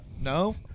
No